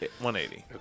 180